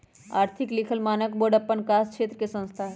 आर्थिक लिखल मानक बोर्ड अप्पन कास क्षेत्र के संस्था हइ